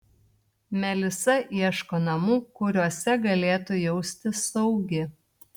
melisa ieško namų kuriuose galėtų jaustis saugi